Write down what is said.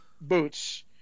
boots